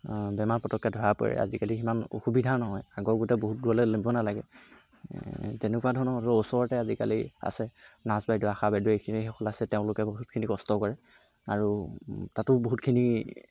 বেমাৰ পটককৈ ধৰা পৰে আজিকালি সিমান অসুবিধা নহয় আগৰ গোটেই বহুত দূৰলৈ নিব নালাগে তেনেকুৱা ধৰণৰ ওচৰতে আজিকালি আছে নাৰ্ছ বাইদেউ আশা বাইদেউ এইখিনি এইসকল আছে তেওঁলোকে বহুতখিনি কষ্ট কৰে আৰু তাতো বহুতখিনি